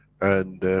and.